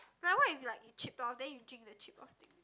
but what if it like it chip off then you drink the chip off thing